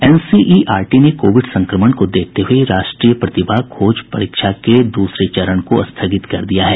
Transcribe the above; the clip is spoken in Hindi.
एनसीईआरटी ने कोविड संक्रमण को देखते हये राष्ट्रीय प्रतिभा खोज परीक्षा के दूसरे चरण को स्थगित कर दिया है